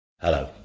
Hello